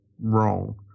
wrong